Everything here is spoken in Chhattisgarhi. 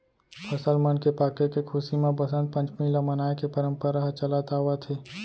फसल मन के पाके के खुसी म बसंत पंचमी ल मनाए के परंपरा ह चलत आवत हे